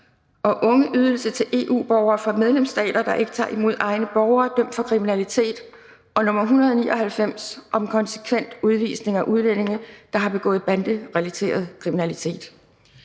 og ungeydelse til EU-borgere fra medlemsstater, der ikke tager imod egne borgere dømt for kriminalitet) og Beslutningsforslag nr. B 199 (Forslag til folketingsbeslutning om konsekvent udvisning af udlændinge, der har begået banderelateret kriminalitet).